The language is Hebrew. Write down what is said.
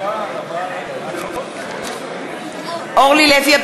בעד ז'קי לוי,